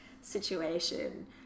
situation